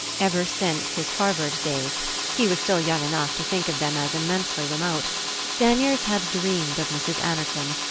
ever since his harvard days he was still young enough to think of them as immensely remote danyers had dreamed of mrs. anerton,